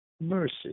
Mercy